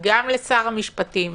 גם לשר המשפטים